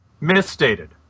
Misstated